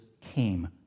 came